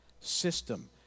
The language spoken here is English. system